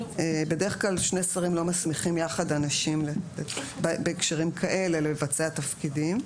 בדרך כלל שני שרים לא מסמיכים יחד אנשים בהקשרים כאלה לבצע תפקידים.